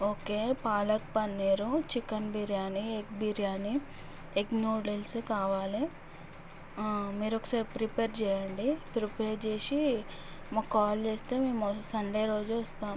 okay palak paneer chicken biryani egg biryani egg noodles కావాలి ఆ మీరు ఒకసారి ప్రిపేర్ చెయ్యండి ప్రిపేర్ చేసి మాకు కాల్ చేస్తే మేము సండే రోజు వస్తాము